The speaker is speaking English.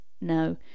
no